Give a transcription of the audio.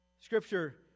Scripture